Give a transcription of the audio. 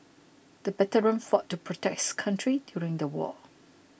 the veteran fought to protect his country during the war